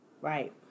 right